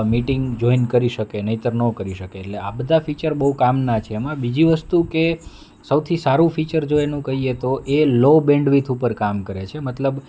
meeting join કરી શકે નહીંતર ન કરી શકે એટલે આ બધા ફીચર બહુ કામના છે એમાં બીજી વસ્તુ કે સૌથી સારું ફીચર જો એનું કહીએ તો એ લો બેન્ડવીથ ઉપર કામ કરે છે મતલબ